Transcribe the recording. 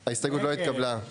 0 ההסתייגות לא התקבלה.